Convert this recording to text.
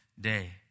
day